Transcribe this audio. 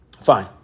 Fine